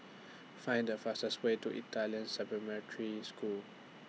Find The fastest Way to Italian Supplementary School